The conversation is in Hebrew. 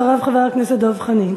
אחריו, חבר הכנסת דב חנין.